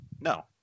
no